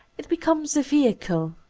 it becomes a vehicle,